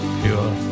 pure